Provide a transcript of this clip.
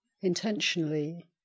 intentionally